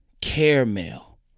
caramel